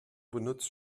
benutzt